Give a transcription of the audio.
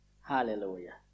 Hallelujah